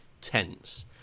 tense